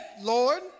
Lord